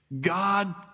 God